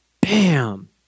bam